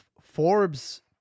Forbes